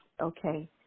Okay